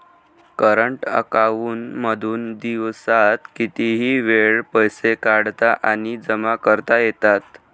current account मधून दिवसात कितीही वेळ पैसे काढता आणि जमा करता येतात